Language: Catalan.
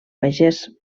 pagès